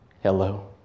Hello